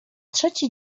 trzeci